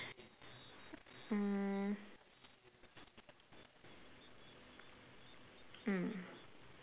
mm mm